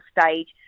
stage